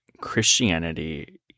Christianity